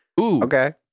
Okay